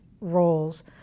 roles